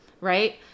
Right